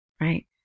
right